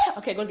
ah okay.